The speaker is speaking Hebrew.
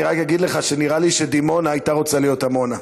אני רק אגיד לך שנראה לי שדימונה הייתה רוצה להיות עמונה.